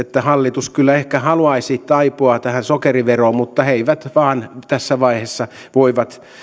hallitus kyllä ehkä haluaisi taipua tähän sokeriveroon mutta he eivät vain tässä vaiheessa voi